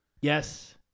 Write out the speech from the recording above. Yes